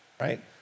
right